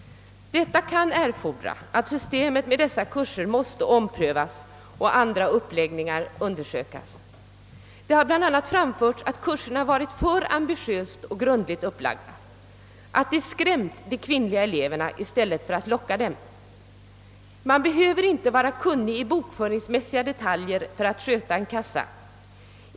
Detta kan erfordra att dessa kurser måste omprövas och andra uppläggningar undersökas. Det har bl.a. framförts att kurserna varit för ambitiöst och grundligt upplagda och att detta skrämt de kvinnliga eleverna i stället för att locka dem. Man behöver inte vara kunnig i bokföringsmässiga detaljer för att sköta en kassa.